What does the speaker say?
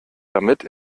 damit